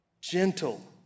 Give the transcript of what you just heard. gentle